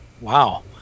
Wow